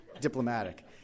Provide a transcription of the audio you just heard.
diplomatic